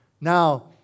Now